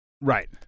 Right